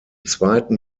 zweiten